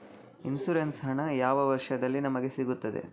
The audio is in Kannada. ಇನ್ಸೂರೆನ್ಸ್ ಹಣ ಯಾವ ವರ್ಷದಲ್ಲಿ ನಮಗೆ ಸಿಗುತ್ತದೆ?